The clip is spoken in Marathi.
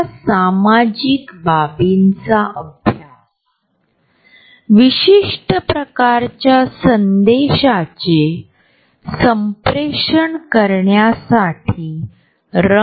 लोक एकीकडे गर्दीचा ताण आणि दुसरीकडे एकटेपणा जाणवण्याच्या दरम्यान हे संतुलन कसे टिकवून ठेवू शकतात